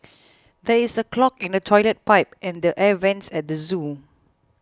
there is a clog in the Toilet Pipe and the Air Vents at the zoo